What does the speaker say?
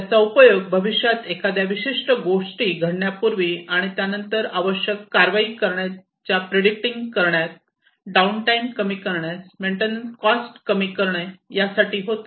त्याचा उपयोग भविष्यात एखाद्या विशिष्ट गोष्टी घडण्यापूर्वी आणि त्यानंतर आवश्यक कारवाई करण्याच्या प्रिडीटिंग करण्यात डाऊन टाईम कमी करण्यास मेंटेनन्स कॉस्ट कमी करणे होतो